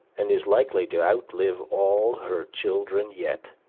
and is likely to outlive all her children yet.